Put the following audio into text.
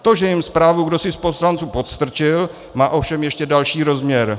To, že jim zprávu kdosi z poslanců podstrčil, má ovšem ještě další rozměr.